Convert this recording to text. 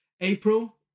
April